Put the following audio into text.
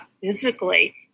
physically